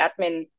admin